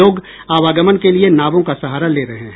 लोग आवागमन के लिये नावों का सहारा ले रहे हैं